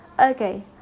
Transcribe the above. Okay